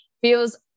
feels